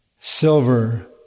silver